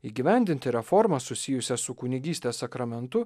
įgyvendinti reformas susijusias su kunigystės sakramentu